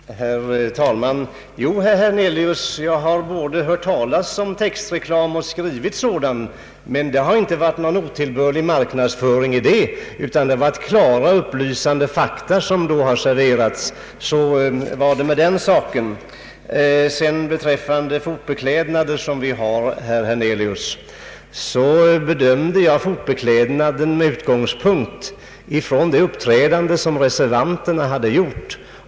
Herr talman! Jo, herr Hernelius, jag har både hört talas om textreklam och skrivit sådan. Men då har det inte varit fråga om otillbörlig marknadsföring, utan om klara och upplysande fakta som serverats. Så var det med den saken. När det gäller fotbeklädnader, herr Hernelius, bedömde jag dessa med utgångspunkt från reservanternas uppträdande.